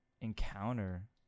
encounter